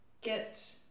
get